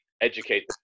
educate